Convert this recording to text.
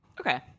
Okay